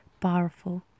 powerful